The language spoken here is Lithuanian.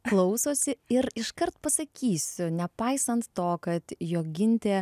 klausosi ir iškart pasakysiu nepaisant to kad jo ginti